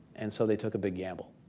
and so they took a big gamble.